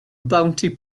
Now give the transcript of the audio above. bounty